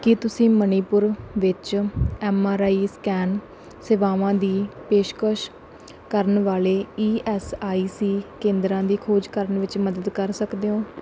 ਕੀ ਤੁਸੀਂ ਮਣੀਪੁਰ ਵਿੱਚ MRI scan ਸੇਵਾਵਾਂ ਦੀ ਪੇਸ਼ਕਸ਼ ਕਰਨ ਵਾਲੇ ਈਐੱਸਆਈਸੀ ਕੇਂਦਰਾਂ ਦੀ ਖੋਜ ਕਰਨ ਵਿੱਚ ਮਦਦ ਕਰ ਸਕਦੇ ਹੋ